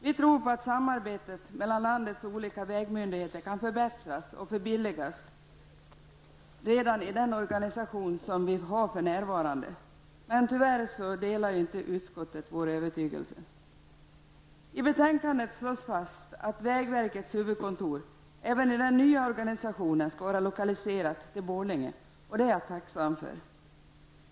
Vi tror på att samarbetet mellan landets olika vägmyndigheter kan förbättras och förbilligas redan i den organisation som vi har för närvarande. Tyvärr delar inte utskottet denna vår övertygelse. I betänkandet slås fast att vägverkets huvudkontor även i den nya organisationen skall vara lokaliserat till Borlänge. Det är jag tacksam för.